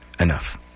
Enough